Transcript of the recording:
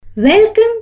Welcome